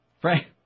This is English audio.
Frank